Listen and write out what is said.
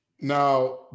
now